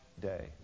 day